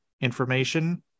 information